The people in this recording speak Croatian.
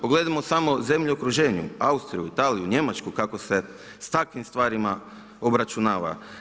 Pogledajmo samo zemlje u okruženju, Austriju, Italiju, Njemačku kako se s takvim stvarima obračunava.